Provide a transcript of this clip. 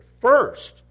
first